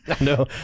No